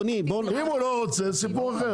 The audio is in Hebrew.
אם הוא לא רוצה זה סיפור אחר.